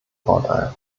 vorteil